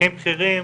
מאבטחים בכירים,